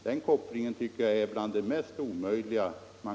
Den kopplingen tycker jag hör till det mest omöjliga.